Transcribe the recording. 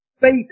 faith